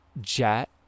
Jet